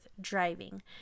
driving